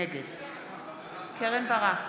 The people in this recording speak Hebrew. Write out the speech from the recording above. נגד קרן ברק,